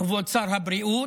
כבוד שר הבריאות.